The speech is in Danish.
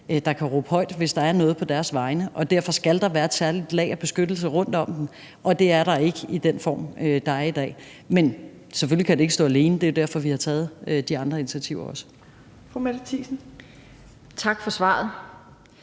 der kan råbe højt på deres vegne, hvis der er noget. Derfor skal der være et særligt lag af beskyttelse rundt om dem, og det er der ikke i den form, der er i dag. Men selvfølgelig kan det ikke stå alene, og det er jo derfor, vi har taget de andre initiativer også. Kl.